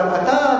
אבל אתה,